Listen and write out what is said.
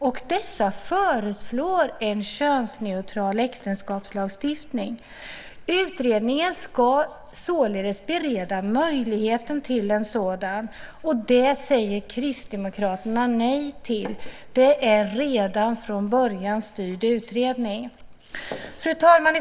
I dessa föreslås en könsneutral äktenskapslagstiftning. Utredningen ska således bereda möjlighet till en sådan. Det säger Kristdemokraterna nej till - det är en redan från början styrd utredning. Fru talman!